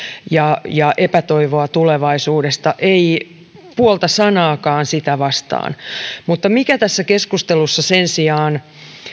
ja ja epätoivoa tulevaisuudesta ei puolta sanaakaan sitä vastaan mutta mikä tässä keskustelussa sen sijaan